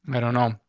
i don't know.